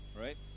right